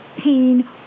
pain